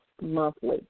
monthly